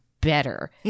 better